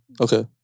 Okay